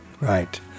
Right